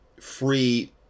free